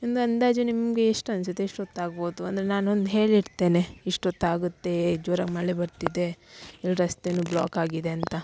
ಒಂದು ಅಂದಾಜು ನಿಮಗೆ ಎಷ್ಟು ಅನ್ಸುತ್ತೆ ಎಷ್ಟೊತ್ತು ಆಗ್ಬೋದು ಅಂದರೆ ನಾನೊಂದು ಹೇಳಿಡ್ತೇನೆ ಇಷ್ಟೊತ್ತು ಆಗುತ್ತೇ ಜೋರಾಗಿ ಮಳೆ ಬರ್ತಿದೆ ಇಲ್ಲಿ ರಸ್ತೆ ಬ್ಲಾಕ್ ಆಗಿದೆ ಅಂತ